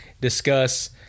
discuss